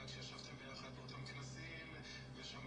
של 36 שרים ו-16 סגני שרים,